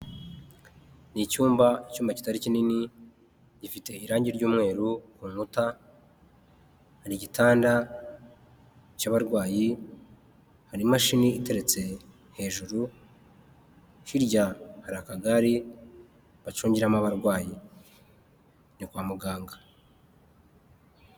Ni icyumba, icyumba kitari kinini gifite irangi ry'umweru ku nkuta hari igitanda cy'abarwayi, hari imashini iteretse hejuru, hirya hari akagare bacungiramo abarwayijya kwa muganga.